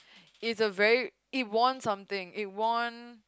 it's a very it won something it won